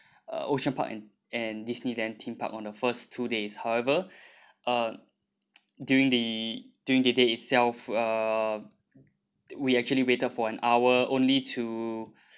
uh ocean park and and Disneyland theme park on the first two days however uh during the during the day itself uh we actually waited for an hour only to